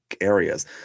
areas